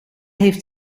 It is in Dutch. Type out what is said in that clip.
heeft